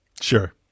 sure